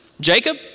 Jacob